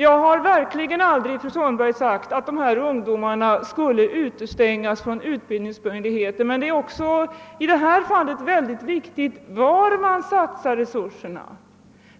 Jag har verkligen aldrig sagt, fru Sundberg, att dessa ungdomar skulle utestängas från utbildningsmöjligheter. Men det är också i detta fall oerhört viktigt var man satsar resurserna.